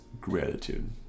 gratitude